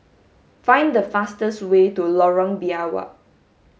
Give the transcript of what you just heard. find the fastest way to Lorong Biawak